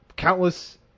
countless